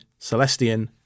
Celestian